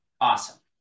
awesome